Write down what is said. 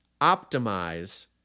optimize